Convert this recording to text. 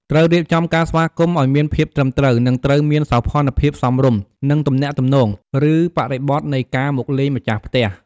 ត្រូវរៀបចំការស្វាគមន៍ឱ្យមានភាពត្រឹមត្រូវ និងត្រូវមានសោភណ្ឌភាពសមរម្យ នឹងទំនាក់ទំនង ឬបរិបទនៃការមកលេងម្ចាស់ផ្ទះ។